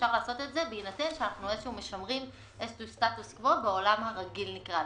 אפשר לעשות את זה בהינתן שאנחנו משמרים איזשהו סטטוס-קוו בעולם הרגיל,